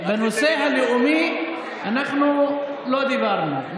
בנושא הלאומי אנחנו לא דיברנו,